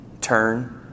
turn